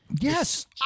yes